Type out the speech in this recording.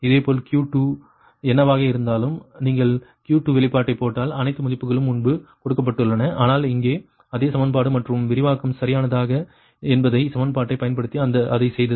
இதேபோல் Q2 என்னவாக இருந்தாலும் நீங்கள் Q2 வெளிப்பாட்டைப் போட்டால் அனைத்து மதிப்புகளும் முன்பு கொடுக்கப்பட்டுள்ளன ஆனால் இங்கே அதே சமன்பாடு மற்றும் விரிவாக்கம் சரியானதா என்பதை சமன்பாட்டைப் பயன்படுத்தி அதைச் செய்தது